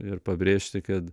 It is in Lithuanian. ir pabrėžti kad